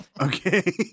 Okay